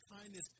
kindness